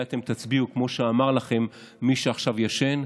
אתם תצביעו כמו שאמר לכם מי שעכשיו ישן.